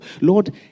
Lord